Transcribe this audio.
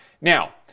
now